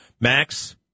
Max